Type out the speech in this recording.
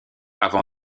avant